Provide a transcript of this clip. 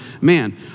man